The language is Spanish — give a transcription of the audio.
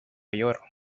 york